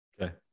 Okay